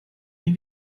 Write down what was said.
nie